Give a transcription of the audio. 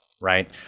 right